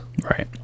Right